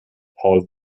paul